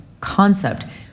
concept